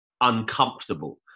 Uncomfortable